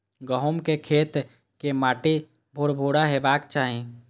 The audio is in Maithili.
गहूमक खेत के माटि भुरभुरा हेबाक चाही